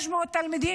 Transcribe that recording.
600 תלמידים,